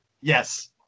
Yes